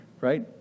right